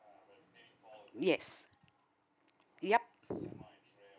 yes yup